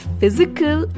physical